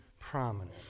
Prominent